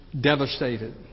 devastated